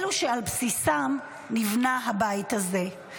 אלו שעל בסיסם נבנה הבית הזה.